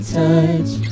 touch